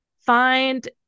find